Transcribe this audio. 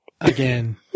again